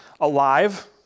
alive